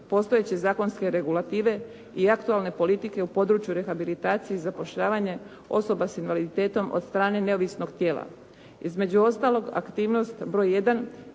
postojeće zakonske regulative i aktualne politike u području rehabilitacije i zapošljavanje osoba s invaliditetom od strane neovisnog tijela. Između ostalog, aktivnost broj